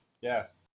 Yes